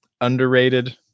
underrated